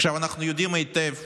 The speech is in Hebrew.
עכשיו, אנחנו יודעים היטב